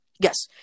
Yes